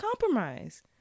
compromise